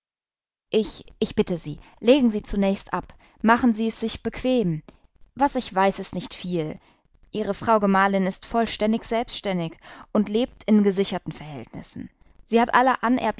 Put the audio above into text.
ich ich bitte sie legen sie zunächst ab machen sie es sich bequem was ich weiß ist nicht viel ihre frau gemahlin ist vollständig selbständig und lebt in gesicherten verhältnissen sie hat alle